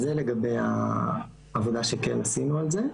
זה לגבי העבודה שכן עשינו על זה,